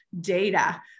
data